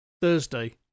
Thursday